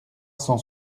cent